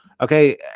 Okay